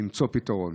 למצוא פתרון.